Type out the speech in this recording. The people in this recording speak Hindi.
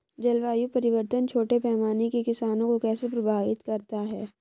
जलवायु परिवर्तन छोटे पैमाने के किसानों को कैसे प्रभावित करता है?